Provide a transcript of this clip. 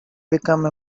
become